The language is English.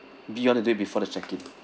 be wanna do it before the check in